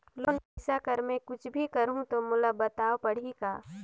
Loan पइसा कर मै कुछ भी करहु तो मोला बताव पड़ही का?